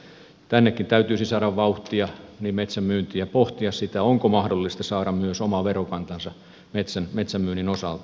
metsän myyntiinkin täytyisi saada vauhtia pohtia sitä onko mahdollista saada myös oma verokantansa metsän myynnin osalta